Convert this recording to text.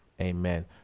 Amen